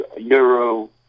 Euro